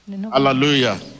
hallelujah